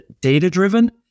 data-driven